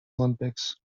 olympics